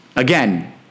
Again